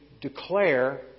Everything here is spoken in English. declare